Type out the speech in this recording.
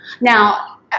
Now